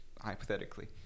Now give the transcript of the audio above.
hypothetically